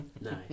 Nice